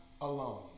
alone